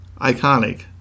iconic